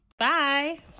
Bye